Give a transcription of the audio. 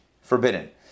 forbidden